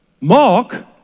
Mark